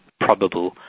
probable